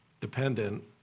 dependent